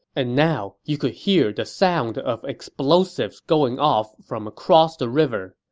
and now, you could hear the sound of explosives going off from across the river.